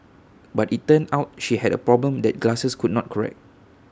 but IT turned out she had A problem that glasses could not correct